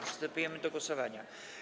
Przystępujemy do głosowania.